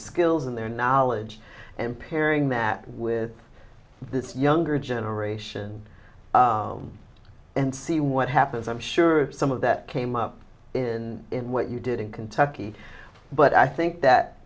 skills and their knowledge and hearing met with this younger generation and see what happens i'm sure some of that came up in what you did in kentucky but i think that